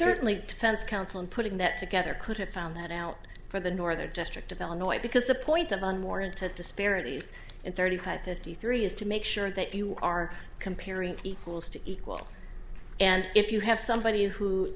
certainly offense counsel in putting that together could have found that out for the northern district of illinois because the point among warranted disparities in thirty five fifty three is to make sure that you are comparing equals to equal and if you have somebody who